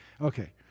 Okay